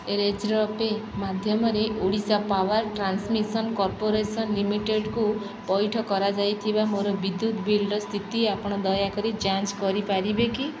razor pay ମାଧ୍ୟମରେ Odisha power transmission corporation ଲିମିଟେଡ଼୍କୁ ପଇଠ କରାଯାଇଥିବା ମୋର ବିଦ୍ୟୁତ ବିଲ୍ର ସ୍ଥିତି ଆପଣ ଦୟାକରି ଯାଞ୍ଚ କରିପାରିବେ କି